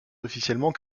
officiellement